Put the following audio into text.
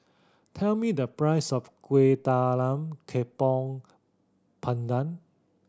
tell me the price of Kueh Talam Tepong Pandan